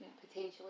potentially